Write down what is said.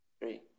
Three